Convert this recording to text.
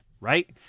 right